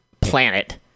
planet